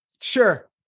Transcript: Sure